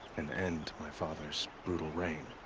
and end. my father's. brutal reign.